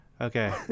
Okay